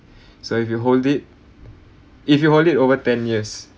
so if you hold it if you hold it over ten years